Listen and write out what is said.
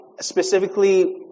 specifically